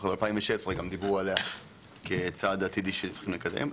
ב-2016, גם דיברו עליה כצעד עתידי שצריכים לקדם.